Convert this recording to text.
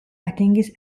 atingis